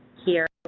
here.